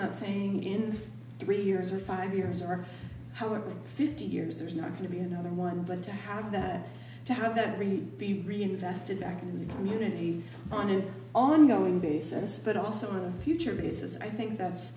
not saying in three years or five years or however fifty years there's not going to be another one but to have that to have that really be reinvested back in the community on an ongoing basis but also a future basis i think that's